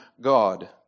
God